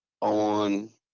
on